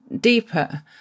deeper